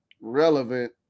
relevant